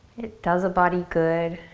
it does a body good.